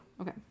Okay